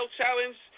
challenge